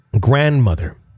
grandmother